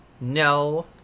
No